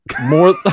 More